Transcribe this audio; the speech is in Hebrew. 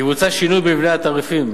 יבוצע שינוי במבנה התעריפים